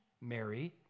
Mary